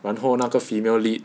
然后那个 female lead